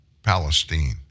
Palestine